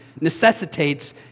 necessitates